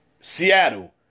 Seattle